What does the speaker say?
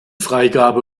freigabe